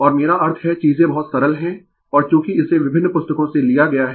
और मेरा अर्थ है चीजें बहुत सरल है और चूँकि इसे विभिन्न पुस्तकों से लिया गया है